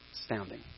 Astounding